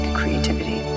creativity